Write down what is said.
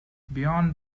beyond